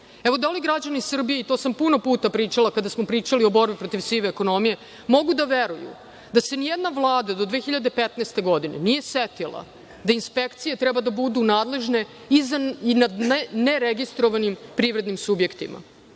Da li građani Srbije, i to sam puno puta pričali kada smo pričali o borbi protiv sive ekonomije, mogu da veruju da se ni jedna vlada do 2015. godine nije setila da inspekcije treba da budu nadležne i za neregistrovane privredne subjekte?